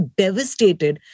devastated